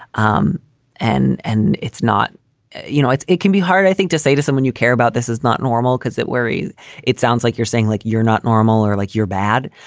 um and and it's not you know, it's it can be hard, i think, to say to someone you care about this is not normal because that worry it sounds like you're saying like you're not normal or like you're bad.